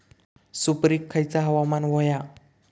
सुपरिक खयचा हवामान होया?